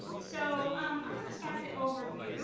so um i'm going to start the overview